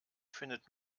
findet